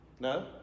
No